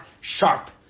sharp